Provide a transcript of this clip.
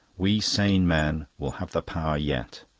we sane men will have the power yet.